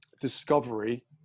discovery